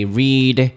read